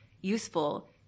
useful